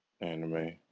anime